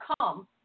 come